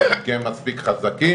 כי הם מספיק חזקים,